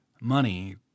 money